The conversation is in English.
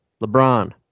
LeBron